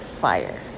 fire